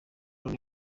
none